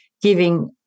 giving